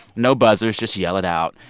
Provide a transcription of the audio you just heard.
no buzzers just yell it out.